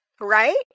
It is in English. Right